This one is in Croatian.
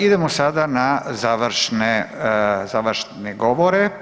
Idemo sada na završne govore.